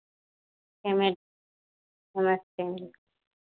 नमस्ते